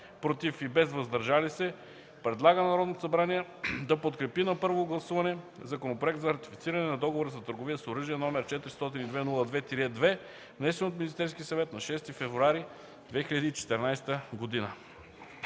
„против” и „въздържали се” предлага на Народното събрание да подкрепи на първо гласуване Законопроект за ратифициране на Договора за търговия с оръжие, № 402-02-2, внесен от Министерския съвет на 6 февруари 2014 г.”